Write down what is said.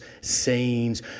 sayings